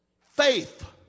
Faith